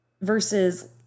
versus